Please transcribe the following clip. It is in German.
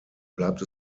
bleibt